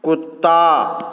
कुत्ता